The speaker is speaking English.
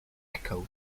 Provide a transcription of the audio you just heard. echoed